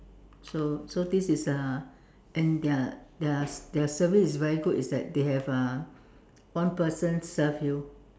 so so this is uh and their their their service is very good is that they have uh one person serve you